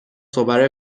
صور